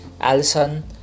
Alison